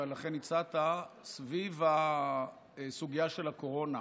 ולכן הצעת סביב הסוגיה של הקורונה.